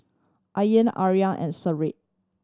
Ain Aryan and Seri